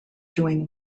doing